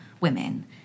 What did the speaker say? women